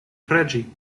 preĝi